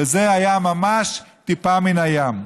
וזה היה ממש טיפה מן הים.